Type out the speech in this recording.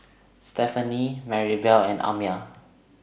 Stefani Marybelle and Amya